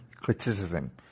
criticism